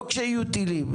לא כשיהיו טילים.